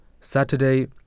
Saturday